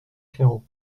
claireaux